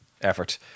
effort